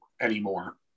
anymore